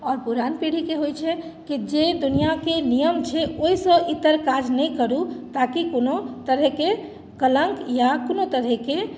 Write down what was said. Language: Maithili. आओर पुरान पीढ़ीके होइत छै कि जे दुनिआँके नियम छै ओहिसँ इतर काज नहि करू ताकि कोनो तरहके कलङ्क या कोनो तरहके